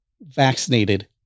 vaccinated